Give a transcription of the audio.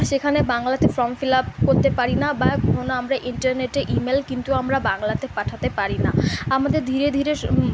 সেখানে বাংলাতে form fill up করতে পারি না বা ধরুন আমরা ইন্টারনেটে ইমেল কিন্তু আমরা বাংলাতে পাঠাতে পারি না আমাদের ধীরে ধীরে